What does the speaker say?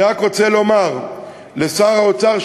אני רק רוצה לומר לשר האוצר,